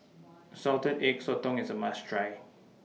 Salted Egg Sotong IS A must Try